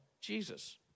Jesus